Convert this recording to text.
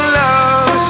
love